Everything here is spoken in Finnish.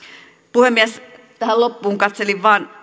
puhemies tähän loppuun katselin vain